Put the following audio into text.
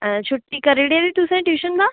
छुट्टी करी ओड़ी दी तुसें ट्यूशन दा